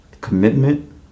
commitment